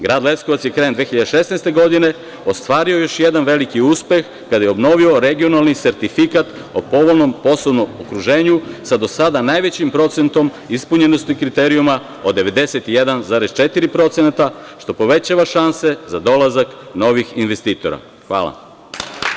Grad Leskovac je krajem 2016. godine ostvario još jedan veliki uspeh, kada je obnovio regionalni sertifikat o povoljnom posebnom okruženju, sa do sada najvećim procentom ispunjenosti kriterijuma od 91,4%, što povećava šanse za dolazak novih investitora.